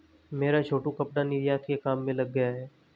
मेरा छोटू कपड़ा निर्यात के काम में लग गया है